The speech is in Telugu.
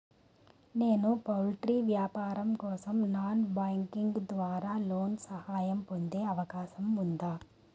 నేను పౌల్ట్రీ వ్యాపారం కోసం నాన్ బ్యాంకింగ్ ద్వారా లోన్ సహాయం పొందే అవకాశం ఉందా?